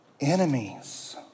enemies